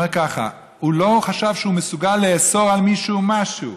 זה אומר ככה: הוא לא חשב שהוא מסוגל לאסור על מישהו משהו,